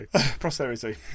Prosperity